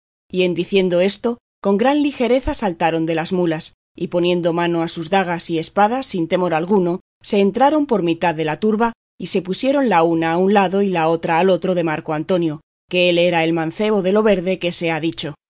y en diciendo esto con gran ligereza saltaron de las mulas y poniendo mano a sus dagas y espadas sin temor alguno se entraron por mitad de la turba y se pusieron la una a un lado y la otra al otro de marco antonio que él era el mancebo de lo verde que se ha dicho no temáis dijo así como llegó leocadia señor marco antonio que